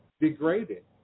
degraded